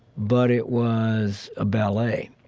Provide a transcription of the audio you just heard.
but it was a ballet.